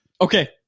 Okay